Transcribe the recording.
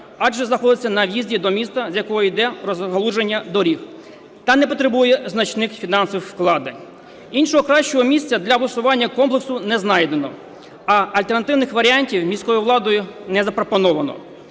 адже знаходиться на в'їзді до міста, з якого йде розгалуження доріг та не потребує значних фінансових вкладень. Іншого кращого місця для висування комплексу не знайдемо, а альтернативних варіантів міською владою не запропоновано.